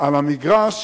על המגרש,